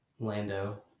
lando